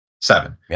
seven